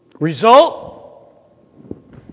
Result